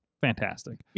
fantastic